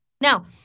Now